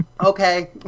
Okay